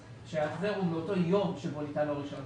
שההחזר הוא מאותו יום בו ניתן לו הרישיון.